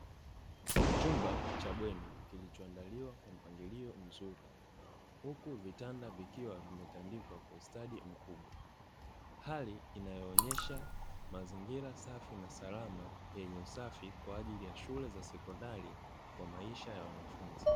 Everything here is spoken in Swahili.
Chumba cha bweni kilichoandaliwa kwa mpangilio mzuri, huku vitanda vikiwa vimetandikwa kwa ustadi mkubwa, hali inayoonyesha mazingira safi na salama yenye usafi kwa ajili ya shule za sekondari, kwa maisha ya wanafunzi.